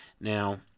Now